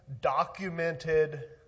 documented